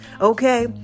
okay